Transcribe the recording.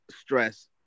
Stress